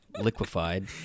liquefied